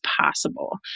possible